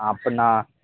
அப்போனா